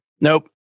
Nope